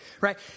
Right